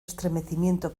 estremecimiento